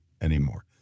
anymore